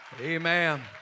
Amen